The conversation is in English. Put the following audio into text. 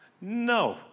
No